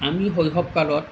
আমি শৈশৱ কালত